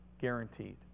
guaranteed